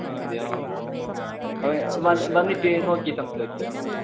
ആ അതെയാ ഓക്കെ വന്ന് വന്നിട്ട് നോക്കി സംസാരിക്കാം പിന്നെ